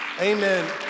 Amen